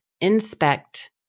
Inspect